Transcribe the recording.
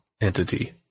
entity